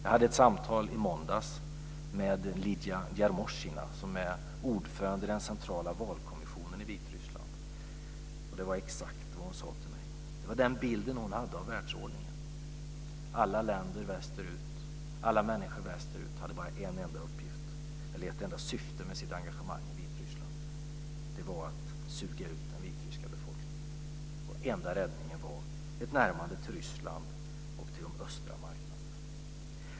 Jag hade ett samtal i måndags med Lidia Jarmochina, som är ordförande i den centrala valkommissionen i Vitryssland, och det var exakt vad hon sade till mig. Det var bilden hon hade av världsordningen. Alla länder västerut, alla människor västerut, hade bara ett enda syfte med sitt engagemang i Vitryssland; att suga ut den vitryska befolkningen. Och den enda räddningen var ett närmande till Ryssland och de östra marknaderna.